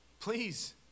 Please